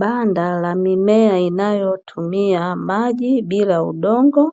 Banda la mimea inayotumia maji bila udongo,